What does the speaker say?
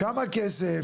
כמה כסף?